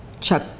Chuck